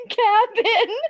cabin